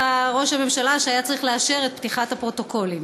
ראש הממשלה שהיה צריך לאשר את פתיחת הפרוטוקולים.